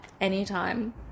anytime